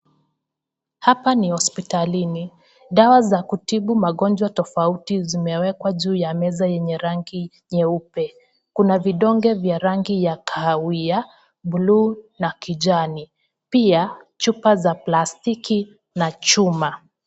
Hapa ni hospitalini, dawa za kutibu magonjwa tofauti zimewekwa juu ya meza yenye rangi nyeupe. Kuna vidonge vya rangi ya kahawia, blue na kijani. Pia chupa za plastiki na chuma.